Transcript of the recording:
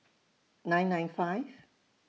nine nine five